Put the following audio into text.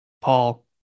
Paul